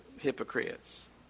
hypocrites